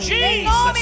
Jesus